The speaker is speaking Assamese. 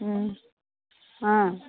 অঁ